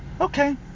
Okay